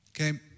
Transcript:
Okay